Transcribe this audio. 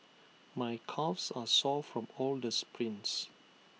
my calves are sore from all the sprints